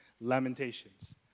Lamentations